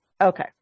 Okay